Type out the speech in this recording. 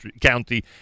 county